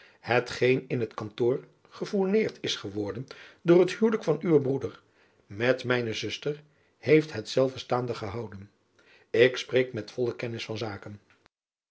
geen in het kantoor gefourneerd is geworden door het huwelijk van uwen broeder met mijne zuster heeft het zelve staande gehouden k spreek met volle kennis van zaken